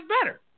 better